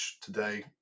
today